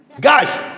Guys